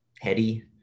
heady